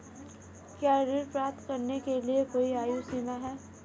क्या ऋण प्राप्त करने के लिए कोई आयु सीमा है?